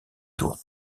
tour